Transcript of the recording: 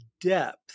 depth